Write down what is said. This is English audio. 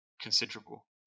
considerable